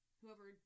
whoever